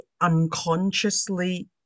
unconsciously